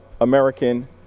American